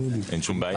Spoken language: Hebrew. אין שום בעיה.